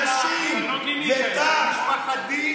נשים וטף,